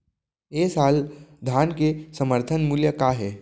ए साल धान के समर्थन मूल्य का हे?